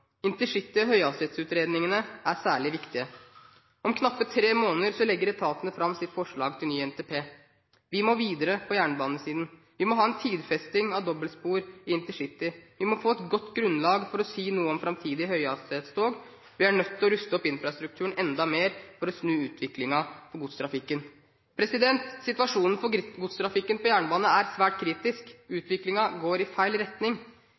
Intercity- og høyhastighetsutredningene er særlig viktige. Om knappe tre måneder legger etatene fram sitt forslag til ny NTP. Vi må videre på jernbanesiden. Vi må ha en tidfesting av dobbeltspor i intercity, vi må få et godt grunnlag for å si noe om framtidige høyhastighetstog, og vi er nødt til å ruste opp infrastrukturen enda mer for å snu utviklingen for godstrafikken. Situasjonen for godstrafikken på jernbane er svært kritisk. Utviklingen går i feil retning.